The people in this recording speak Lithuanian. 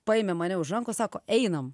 paėmė mane už rankos sako einam